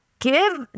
give